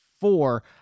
four